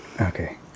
Okay